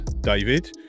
David